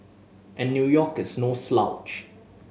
and New York is no slouch